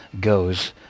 goes